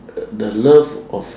the love of